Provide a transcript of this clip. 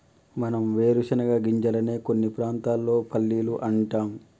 మనం వేరుశనగ గింజలనే కొన్ని ప్రాంతాల్లో పల్లీలు అంటాం